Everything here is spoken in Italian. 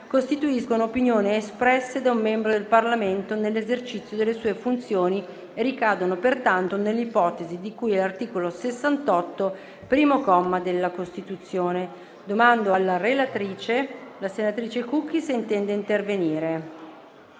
costituiscono opinioni espresse da un membro del Parlamento nell'esercizio delle sue funzioni e ricadono pertanto nell'ipotesi di cui all'articolo 68, primo comma, della Costituzione. La relatrice, senatrice Cucchi, non intende intervenire.